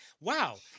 wow